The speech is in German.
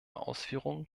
ausführungen